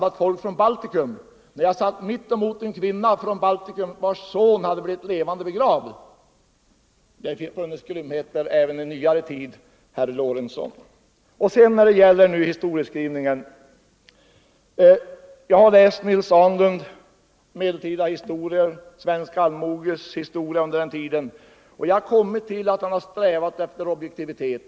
Vid den tillställningen hamnade jag mittemot en kvinna från Balticum, vars son hade blivit levande begravd. Så nog har det begåtts grymheter också i nyare tid, herr Lorentzon! Vad så historieskrivningen angår har jag läst Nils Ahnlunds böcker, bl.a. boken De sista Vasarna, och jag har kommit fram till att författaren där har strävat efter objektivitet.